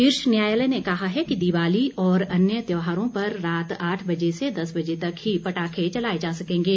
शीर्ष न्यायालय ने कहा है कि दिवाली और अन्य त्योहारों पर रात आठ बजे से दस बजे तक ही पटाखे चलाये जा सकेंगे